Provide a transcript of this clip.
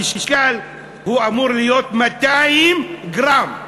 המשקל אמור להיות 200 גרם.